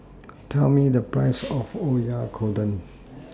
Tell Me The Price of Oyakodon